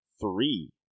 three